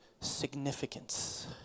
significance